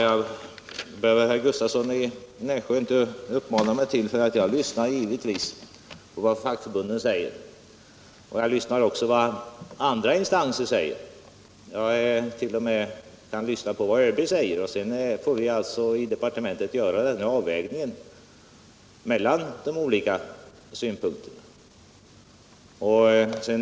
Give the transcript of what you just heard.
Det behöver herr Gustavsson i Nässjö inte uppmana inom försvaret mig till, för jag lyssnar givetvis på vad fackförbunden säger. Jag lyssnar också på vad andra instanser säger. Jag kan t.o.m. lyssna på vad ÖB säger, och sedan får vi i departementet göra en avvägning mellan de olika synpunkterna.